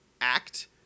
act